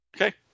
Okay